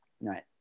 Right